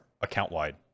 account-wide